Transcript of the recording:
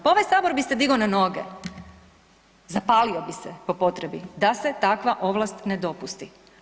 Pa ovaj sabor bi se digao na noge, zapalio bi se po potrebi da se takva ovlast ne dopusti.